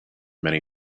many